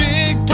Big